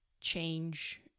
change